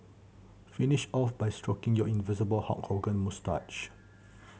finish off by stroking your invisible Hulk Hogan moustache